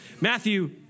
Matthew